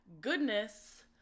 goodness